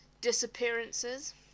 disappearances